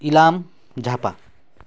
Ilam Jhapa